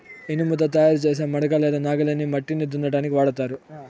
ఇనుముతో తయారు చేసే మడక లేదా నాగలిని మట్టిని దున్నటానికి వాడతారు